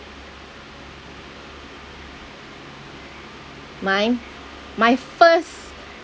my my first